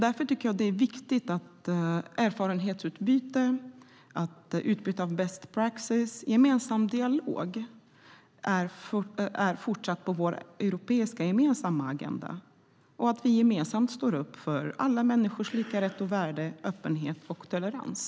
Därför tycker jag att det är viktigt att erfarenhetsutbyte, utbyte av best practice och gemensam dialog fortsatt står på vår gemensamma agenda och att vi gemensamt står upp för alla människors lika rätt och värde, öppenhet och tolerans.